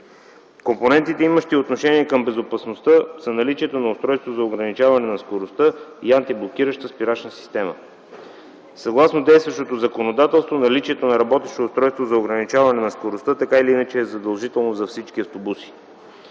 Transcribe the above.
Компонентите, имащи отношение към безопасността са: наличието на устройство и за ограничаване на скоростта, и антиблокираща спирачна система. Съгласно действащото законодателство наличието на работещо устройство за ограничаване на скоростта така или иначе е задължително за всички автобуси,